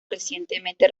recientemente